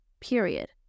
Period